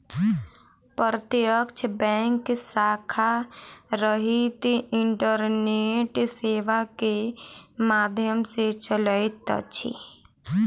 प्रत्यक्ष बैंक शाखा रहित इंटरनेट सेवा के माध्यम सॅ चलैत अछि